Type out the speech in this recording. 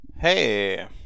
Hey